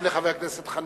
גם לחבר הכנסת חנין.